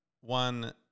one